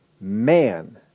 man